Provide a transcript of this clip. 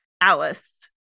Alice